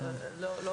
דרך